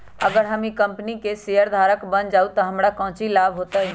अगर हम ई कंपनी के शेयरधारक बन जाऊ तो हमरा काउची लाभ हो तय?